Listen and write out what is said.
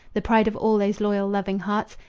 the pride of all these loyal, loving hearts,